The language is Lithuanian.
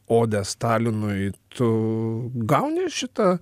odę stalinui tu gauni šitą